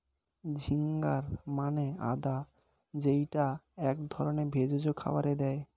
ginger মানে আদা যেইটা এক ধরনের ভেষজ খাবারে দেয়